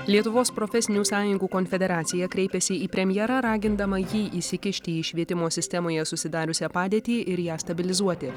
lietuvos profesinių sąjungų konfederacija kreipėsi į premjerą ragindama jį įsikišti į švietimo sistemoje susidariusią padėtį ir ją stabilizuoti